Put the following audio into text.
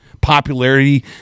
popularity